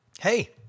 Hey